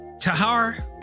tahar